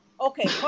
Okay